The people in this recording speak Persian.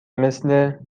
مثل